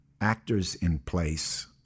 actors-in-place